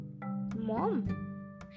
mom